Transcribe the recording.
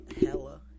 hella